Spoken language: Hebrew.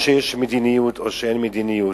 או שיש מדיניות או שאין מדיניות.